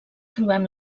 trobem